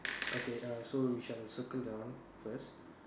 okay err so we shall circle that one first